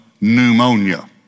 pneumonia